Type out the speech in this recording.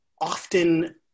often